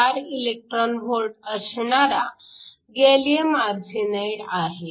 4 eV असणारा gallium arsenide आहे